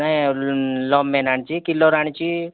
ନାଇଁ ଲମେନ ଆଣିଛି କିଲର ଆଣିଛି